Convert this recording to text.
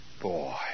Boy